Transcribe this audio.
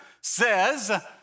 says